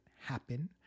happen